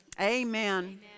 Amen